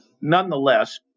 nonetheless